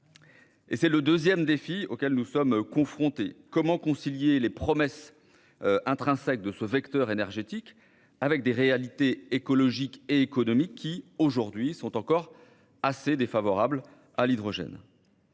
Tel est le deuxième défi auquel nous sommes confrontés : comment concilier les promesses intrinsèques de ce vecteur énergétique avec des réalités économiques et écologiques qui lui sont aujourd'hui encore assez défavorables ? Comme